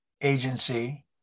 agency